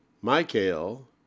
Michael